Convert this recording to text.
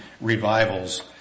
revivals